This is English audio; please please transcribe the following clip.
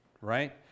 right